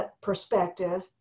perspective